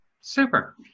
Super